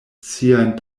siajn